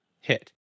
hit